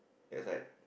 that side